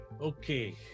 Okay